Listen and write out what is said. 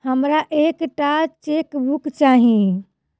हमरा एक टा चेकबुक चाहि